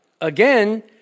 again